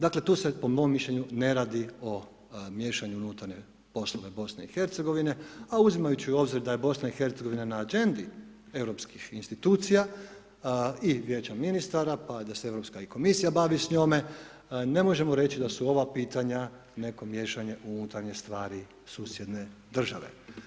Dakle tu se po mom mišljenju ne radi o miješanju u unutarnje poslove BiH, a uzimajući u obzir da je BiH na agendi europskih institucija i vijeća ministara pa da se Europska i komisija bavi s njome ne možemo reći da su ova pitanja neko miješanje u unutarnje stvari susjedne države.